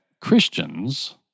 Christians